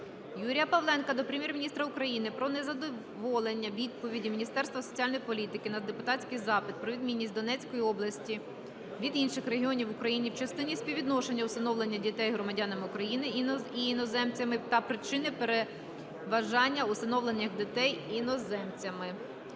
Юрія Павленка до Прем'єр-міністра України про незадоволення відповіддю Міністерства соціальної політики на депутатський запит "Про відмінність Донецької області від інших регіонів України в частині співвідношення усиновлення дітей громадянами України і іноземцями та причини переважання усиновлення дітей іноземцями".